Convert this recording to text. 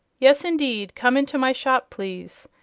yes, indeed come into my shop, please,